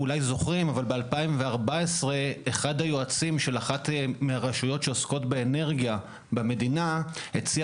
ב-2014 אחד היועצים של אחת מהרשויות שעוסקות באנרגיה המדינה הציע